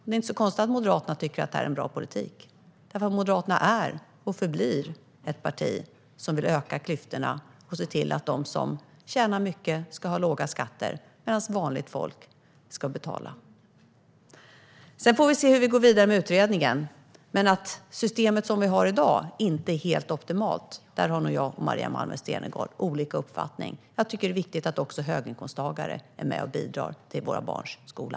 Det är inte så konstigt att Moderaterna tycker att det här är en bra politik, för Moderaterna är och förblir ett parti som vill öka klyftorna och se till att de som tjänar mycket ska ha låga skatter medan vanligt folk ska betala. Sedan får vi se hur vi går vidare med utredningen. Men att det system som vi har i dag inte är helt optimalt har nog jag och Maria Malmer Stenergard olika uppfattning om. Jag tycker att det är viktigt att också höginkomsttagare är med och bidrar till våra barns skola.